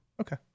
Okay